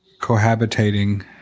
cohabitating